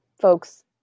folks